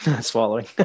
swallowing